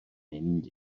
mynd